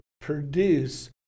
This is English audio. produce